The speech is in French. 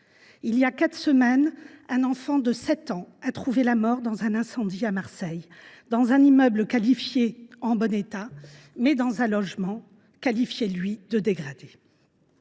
Il y a quatre semaines, un enfant de 7 ans a trouvé la mort dans un incendie survenu à Marseille, dans un immeuble dit « en bon état », mais un logement jugé, lui, « dégradé